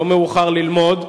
לא מאוחר ללמוד.